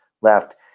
left